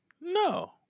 No